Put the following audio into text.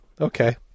Okay